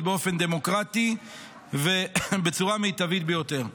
באופן דמוקרטי ובצורה מיטבית ביותר.